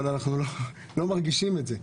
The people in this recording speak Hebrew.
אבל אנחנו לא מרגישים את זה.